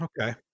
Okay